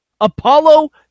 Apollo